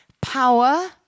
power